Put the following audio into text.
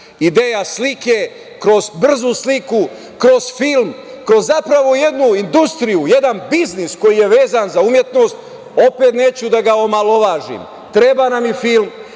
ideja, slike, kroz brzu sliku, kroz film, kroz zapravo jednu industriju, jedan biznis koji je vezan za umetnost. Opet neću da ga omalovažim, treba nam i film,